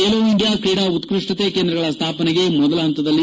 Khelo India ಕ್ರೀಡಾ ಉತ್ಪಷ್ಟತೆ ಕೇಂದ್ರಗಳ ಸ್ಥಾಪನೆಗೆ ಮೊದಲ ಪಂತದಲ್ಲಿ